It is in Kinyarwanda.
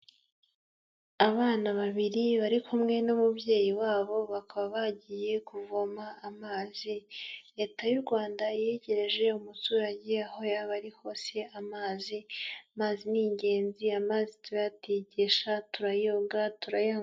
Abana babiri, bari kumwe n'umubyeyi wabo, bakaba bagiye kuvoma amazi, leta y'u Rwanda yegereje umuturage aho yaba ari hose amazi, amazi ni ingenzi, amazi turayatekesha, turayoga, turayanywa.